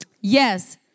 Yes